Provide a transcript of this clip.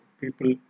people